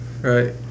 right